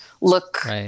look